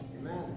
Amen